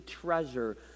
treasure